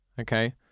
okay